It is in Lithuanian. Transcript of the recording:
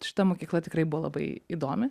šita mokykla tikrai buvo labai įdomi